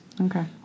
Okay